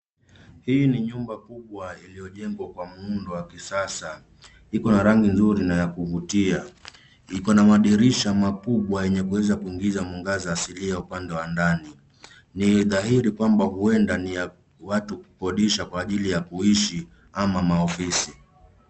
Hii ni nyumba kubwa iliyojengwa kwa muundo wa kisasa. Iko na rangi nzuri na ya kuvutia. Iko na madirisha makubwa yenye kuweza kuingiza mwangaza asilia upande wa ndani. Ni dhahiri kwamba huenda ni ya watu kukodisha kwa ajili ya kuishi ama maofisi.